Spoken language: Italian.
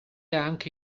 anche